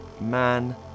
...man